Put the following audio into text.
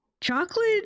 chocolate